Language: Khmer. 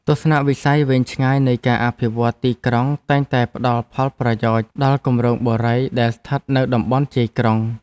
ទស្សនវិស័យវែងឆ្ងាយនៃការអភិវឌ្ឍទីក្រុងតែងតែផ្តល់ផលប្រយោជន៍ដល់គម្រោងបុរីដែលស្ថិតនៅតំបន់ជាយក្រុង។